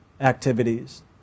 activities